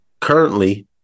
Currently